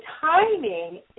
timing